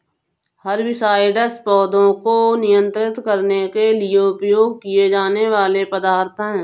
herbicides पौधों को नियंत्रित करने के लिए उपयोग किए जाने वाले पदार्थ हैं